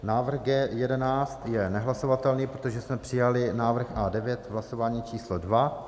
Návrh G11 je nehlasovatelný, protože jsme přijali návrh A9 v hlasování číslo dvě.